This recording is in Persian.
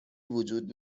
وجود